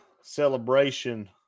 celebration